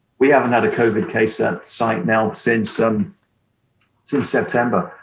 we haven't had a covid case at site now since um since september.